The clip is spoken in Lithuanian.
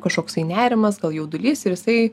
kažkoksai nerimas gal jaudulys ir jisai